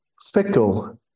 fickle